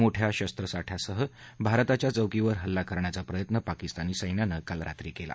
मोठ्या शस्त्रसाठ्यासह भारताच्या चौकीवर हल्ला करण्याचा प्रयत्न पाकिस्तानी सस्त्रानं काल रात्री केला